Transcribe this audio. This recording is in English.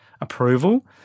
approval